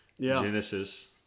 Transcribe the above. Genesis